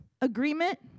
Agreement